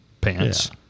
pants